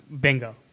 Bingo